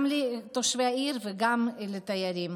גם לתושבי העיר וגם לתיירים,